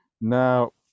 Now